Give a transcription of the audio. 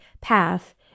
path